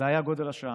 זה היה גודל השעה,